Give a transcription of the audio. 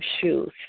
shoes